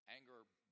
Anger